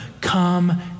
come